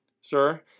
Sir